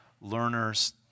learners